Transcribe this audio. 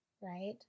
right